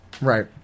right